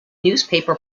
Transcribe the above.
newspaper